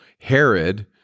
Herod